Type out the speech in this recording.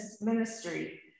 ministry